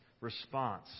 response